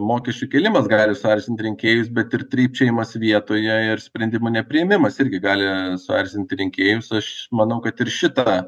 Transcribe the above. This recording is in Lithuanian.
mokesčių kėlimas gali suerzint rinkėjus bet ir trypčiojimas vietoje ir sprendimų nepriėmimas irgi gali suerzinti rinkėjus aš manau kad ir šitą